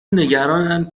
نگرانند